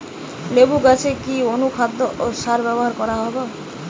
লেবু গাছে কি অনুখাদ্য ও সার ব্যবহার করা হয়?